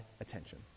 attention